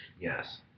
Yes